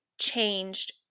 changed